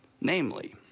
Namely